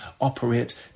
operate